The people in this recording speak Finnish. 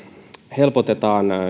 helpotetaan